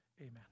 Amen